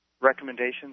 recommendations